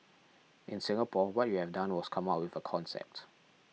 in Singapore what we have done was come up with a concept